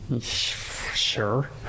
sure